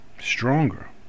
stronger